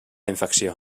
infecció